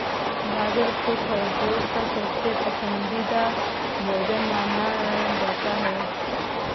गाजर को खरगोश का सबसे पसन्दीदा भोजन माना जाता है